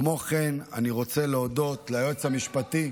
כמו כן, אני רוצה להודות ליועץ המשפטי.